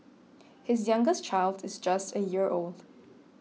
his youngest child is just a year old